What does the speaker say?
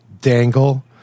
dangle